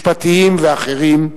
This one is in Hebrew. משפטיים ואחרים,